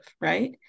right